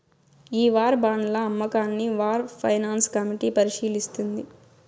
ఈ వార్ బాండ్ల అమ్మకాన్ని వార్ ఫైనాన్స్ కమిటీ పరిశీలిస్తుంది